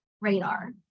radar